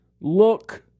look